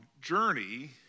journey